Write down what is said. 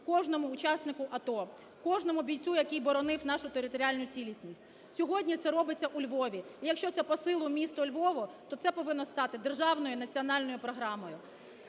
кожному учаснику АТО, кожному бійцю, який боронив нашу територіальну цілісність. Сьогодні це робиться у Львові. Якщо це по силам місту Львову, то це повинно стати державною національною програмою.